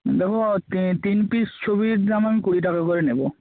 দেখো তিন তিন পিস ছবির দাম আমি কুড়ি টাকা করে নেবো